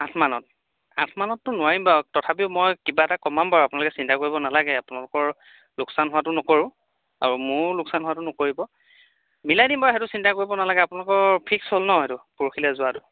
আঠমানত আঠমানতো নোৱাৰিম বাৰু তথাপিও মই কিবা এটা কমাম বাৰু আপোনালোকে চিন্তা কৰিব নালাগে আপোনালোকৰ লোকচান হোৱাটো নকৰোঁ আৰু মোৰো লোকচান হোৱাটো নকৰিব মিলাই দিম বাৰু সেইটো চিন্তা কৰিব নালাগে আপোনালোকৰ ফিক্স হ'ল নহ্ সেইটো পৰহিলৈ যোৱাটো